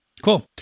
Cool